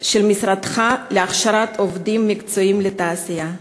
של משרדך להכשרת עובדים מקצועיים לתעשייה?